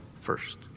first